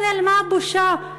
גם נעלמה הבושה,